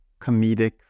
comedic